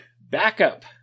backup